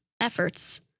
efforts